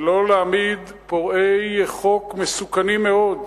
ולא להעמיד פורעי חוק מסוכנים מאוד,